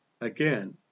Again